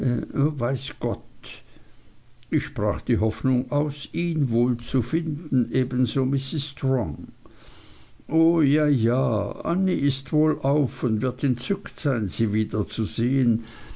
weiß gott ich sprach die hoffnung aus ihn wohl zu finden ebenso mrs strong o ja ja ännie ist wohl auf und wird entzückt sein sie wiederzusehen